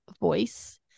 voice